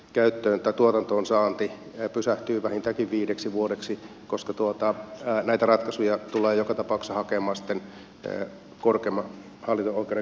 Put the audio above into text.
uusien turvetuotantoalueitten tuotantoon saanti pysähtyy vähintäänkin viideksi vuodeksi koska näitä ratkaisuja tullaan joka tapauksessa hakemaan korkeimman hallinto oikeuden kautta